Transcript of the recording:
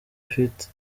ufite